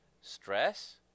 Stress